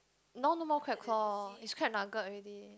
now no more crab claw it's crab nugget already